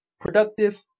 productive